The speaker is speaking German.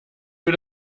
für